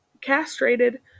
castrated